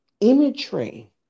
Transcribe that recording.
imagery